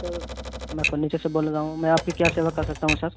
تو میں فرنیچر سے بول رہا ہوں میں آپ کی کیا سیوا کر سکتا ہوں سر